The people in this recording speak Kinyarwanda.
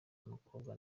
umukobwa